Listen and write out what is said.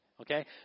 Okay